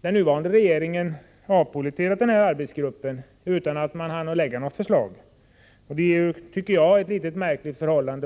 Den nuvarande regeringen avpolletterade emellertid arbetsgruppen innan denna hann lägga fram något förslag. Det är enligt min mening ett något märkligt förhållande.